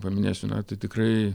paminėsiu na tai tikrai